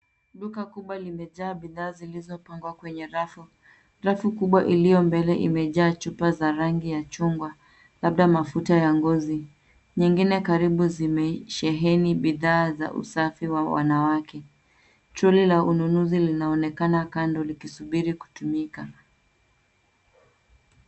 Duka kubwa limejaa bidhaa zilizopangwa kwenye rafu. Rafu kubwa iliyo mbele imejaa chupa za rangi ya chungwa, labda mafuta ya ngozi, nyingine karibu zimesheheni bidhaa za usafi wa wanawake. Troli la ununuzi linaoneka kando likisubiri kutumika.